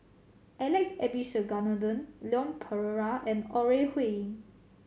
Alex Abisheganaden Leon Perera and Ore Huiying